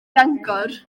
fangor